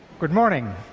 good morning.